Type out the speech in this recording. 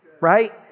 Right